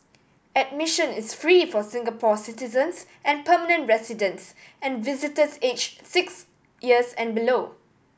admission is free for Singapore citizens and permanent residents and visitors aged six years and below